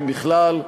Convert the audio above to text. אם בכלל.